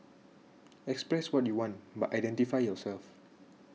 express what you want but identify yourself